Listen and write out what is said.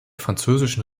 französischen